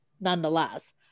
nonetheless